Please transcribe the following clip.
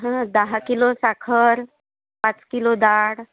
हं दहा किलो साखर पाच किलो दाळ